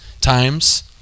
times